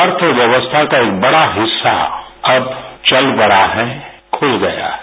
अर्थव्यवस्था का एक बड़ा हिस्सा अब चल पड़ा है खुल गया है